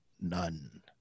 none